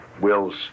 Will's